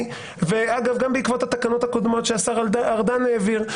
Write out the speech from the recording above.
גם בעקבות התקנות הקודמות שהשר ארדן העביר,